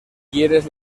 quieres